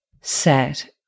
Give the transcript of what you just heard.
set